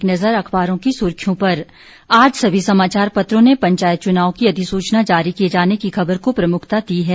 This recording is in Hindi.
अब एक नज़र अखबारों की सुर्खियों पर आज सभी समाचार पत्रों ने पंचायत चुनाव की अधिसूचना जारी किए जाने की खबर को प्रमुखता दी है